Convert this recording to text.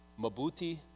Mabuti